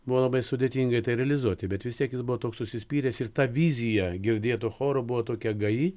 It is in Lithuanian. buvo labai sudėtinga tai realizuoti bet vis tiek jis buvo toks užsispyręs ir ta vizija girdėto choro buvo tokia gaji